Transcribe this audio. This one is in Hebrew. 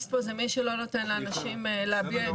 שפופוליסט פה זה מי שלא נותן לאנשים להביע את דעתם.